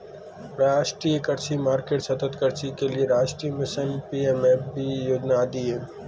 राष्ट्रीय कृषि मार्केट, सतत् कृषि के लिए राष्ट्रीय मिशन, पी.एम.एफ.बी योजना आदि है